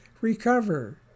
recover